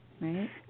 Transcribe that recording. right